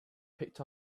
picked